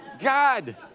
God